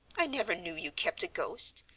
i never knew you kept a ghost.